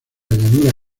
llanura